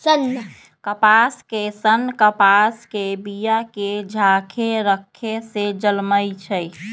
कपास के सन्न कपास के बिया के झाकेँ रक्खे से जलमइ छइ